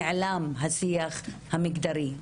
נעלם השיח המגדרי.